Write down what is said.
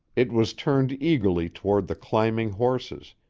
it was turned eagerly toward the climbing horses,